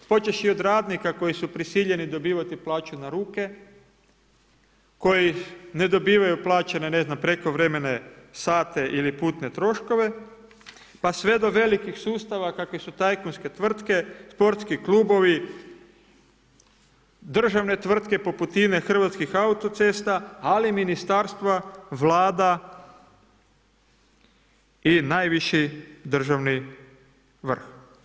Počevši od ranika koji su prisiljeni dobivati plaću na ruke, koji ne dobivaju plaćene ne znam, prekovremene sate ili putne troškove, pa sve do velikih sustava, kakvi su tajkunske tvrtke, sportski klubovi, državne tvrtke poput INE, Hrvatskih autocesta, ali i ministarstava, Vlada i najviši državni vrh.